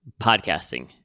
podcasting